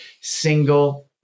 single